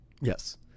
Yes